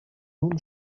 nun